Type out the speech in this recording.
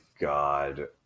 God